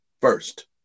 first